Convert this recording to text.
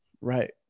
Right